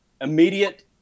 immediate